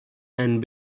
and